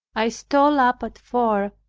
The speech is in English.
i stole up at four,